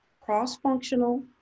cross-functional